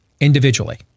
individually